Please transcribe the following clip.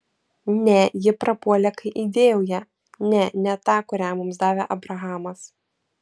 ne ji prapuolė kai įdėjau ją ne ne tą kurią mums davė abrahamas